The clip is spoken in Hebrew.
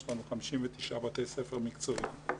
יש לנו 59 בתי ספר מקצועיים,